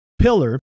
pillar